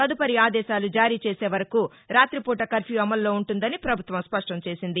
తదుపరి ఆదేశాలు జారీ చేసే వరకు రాతి పూట కర్వ్యూ అమల్లో ఉంటుందని ప్రభుత్వం స్పష్టం చేసింది